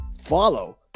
follow